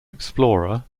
explorer